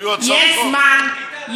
יש זמן.